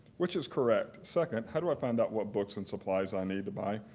which is correct? second, how do i find out what books and supplies i need to buy?